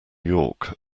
york